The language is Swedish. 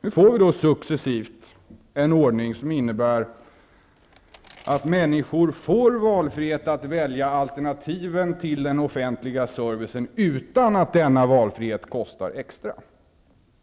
Nu får vi successivt en ordning som innebär att människor får frihet att välja alternativen till den offentliga servicen utan att denna valfrihet kostar extra.